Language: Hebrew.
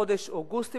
בחודש אוגוסט,